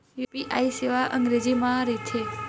UPI सेवा का अंग्रेजी मा रहीथे?